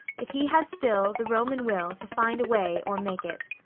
if he has still, the roman will, to find a way, or make it.